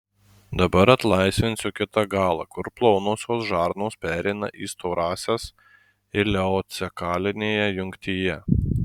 dabar atlaisvinsiu kitą galą kur plonosios žarnos pereina į storąsias ileocekalinėje jungtyje